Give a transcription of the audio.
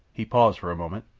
he paused for a moment,